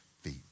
feet